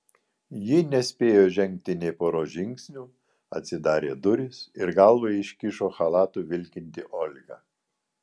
ji nespėjo žengti nė poros žingsnių atsidarė durys ir galvą iškišo chalatu vilkinti olga